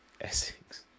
Essex